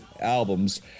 albums